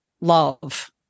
love